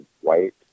white